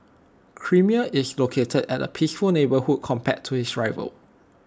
creamier is located at A peaceful neighbourhood compared to its rivals